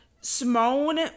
Simone